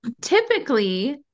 typically